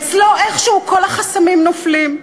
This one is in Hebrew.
אצלו, איכשהו כל החסמים נופלים,